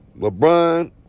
LeBron